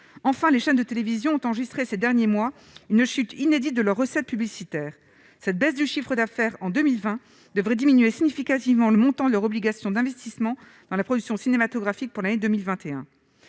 enfin les chaînes de télévision ont enregistré ces derniers mois une chute inédite de leurs recettes publicitaires, cette baisse du chiffre d'affaires en 2020 devrait diminuer significativement le montant leur obligation d'investissement dans la production cinématographique pour l'année 2021,